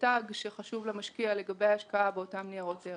ותג שחשוב למשקיע לגבי ההשקעה באותם ניירות ערך.